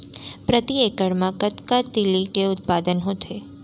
प्रति एकड़ मा कतना तिलि के उत्पादन होथे?